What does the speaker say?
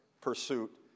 pursuit